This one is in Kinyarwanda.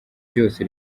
rwose